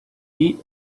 beat